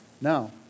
Now